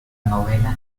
novela